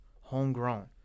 homegrown